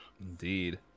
Indeed